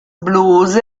blues